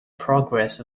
progress